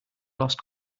lost